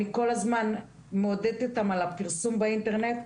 אני כל הזמן מעודדת אותם לפרסם באינטרנט,